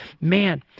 man